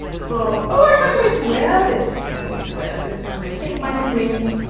so, oh i can't wait to wear this, i can't wait to wear this and i keep my print,